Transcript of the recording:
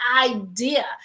idea